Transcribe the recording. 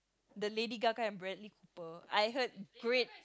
the Lady-Gaga and-Bradley Cooper I heard great